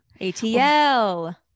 ATL